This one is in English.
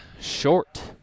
short